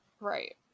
Right